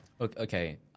Okay